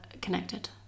connected